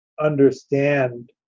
understand